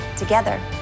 together